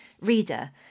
reader